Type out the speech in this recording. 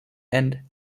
and